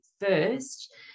first